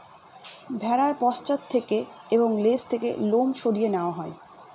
ভেড়ার পশ্চাৎ থেকে এবং লেজ থেকে লোম সরিয়ে নেওয়া হয়